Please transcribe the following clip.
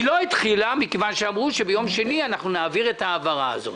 היא לא התחילה מכיוון שאמרו שביום שני אנחנו נעביר את ההעברה הזאת.